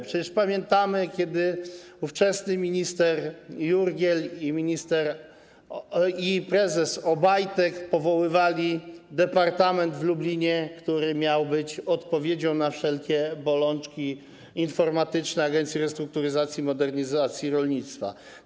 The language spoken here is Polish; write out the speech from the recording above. Przecież pamiętamy, jak ówczesny minister Jurgiel i prezes Obajtek powoływali departament w Lublinie, który miał być odpowiedzią na wszelkie bolączki informatyczne Agencji Restrukturyzacji i Modernizacji Rolnictwa.